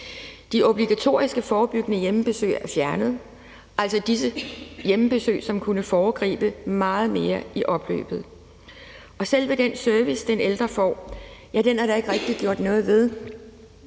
De obligatoriske forebyggende hjemmebesøg er fjernet, altså de hjemmebesøg, som kunne tage meget mere i opløbet. Og selve den service, den ældre får, er der ikke rigtig gjort noget ved.